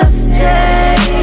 stay